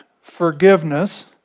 forgiveness